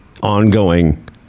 ongoing